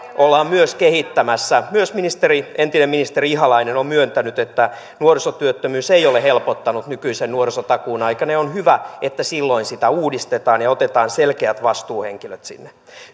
ollaan myös kehittämässä myös entinen ministeri ihalainen on myöntänyt että nuorisotyöttömyys ei ole helpottanut nykyisen nuorisotakuun aikana ja on hyvä että silloin sitä uudistetaan ja otetaan selkeät vastuuhenkilöt sinne